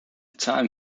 time